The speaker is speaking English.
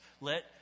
Let